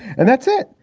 and that's it.